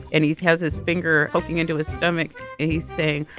and he's has his finger poking into his stomach and he's saying,